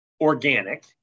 organic